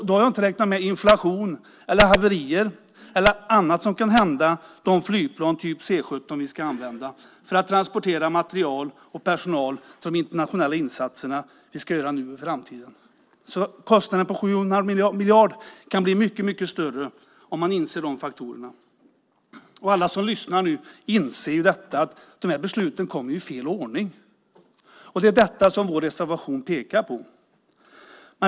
Då har jag inte räknat med inflation, haverier eller annat som kan hända de flygplan typ C 17 som vi ska använda för att transportera materiel och personal till de internationella insatser vi ska göra nu och i framtiden. Kostnaden på 7,5 miljarder kan alltså bli mycket större, inser man om man tänker på de faktorerna. Alla som lyssnar inser att de här besluten kommer i fel ordning. Det är detta som vår reservation pekar på.